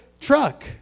truck